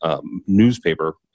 newspaper